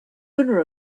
owner